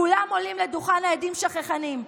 כולם עולים לדוכן העדים שכחנים,